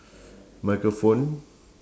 microphone